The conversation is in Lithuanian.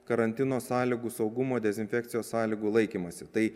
karantino sąlygų saugumo dezinfekcijos sąlygų laikymąsi tai